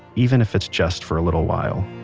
even if it's just for a little while